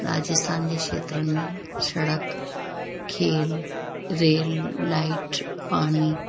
राजस्थान जा खेत्रनि में सड़क खेल रेल लाइट पाणी